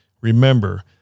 remember